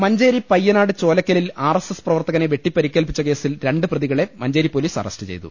മഞ്ചേരി പയ്യനാട് ചോലക്കലിൽ ആർഎസ്എസ് പ്രവർത്തകനെ വെട്ടി പരിക്കേൽപ്പിച്ച കേസിൽ രണ്ട് പ്രതികളെ മുഞ്ചേരി പൊലീസ് അറസ്റ്റ് ചെയ്തു